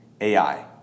AI